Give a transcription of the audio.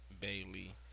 Bailey